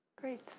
Great